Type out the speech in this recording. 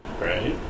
Right